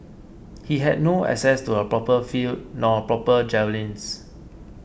he had no access to a proper field nor proper javelins